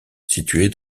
située